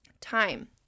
time